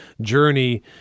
journey